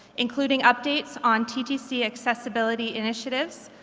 including updates on ttc accessibility initiatives,